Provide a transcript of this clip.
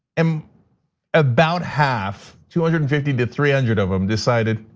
and about half, two hundred and fifty to three hundred of them decided,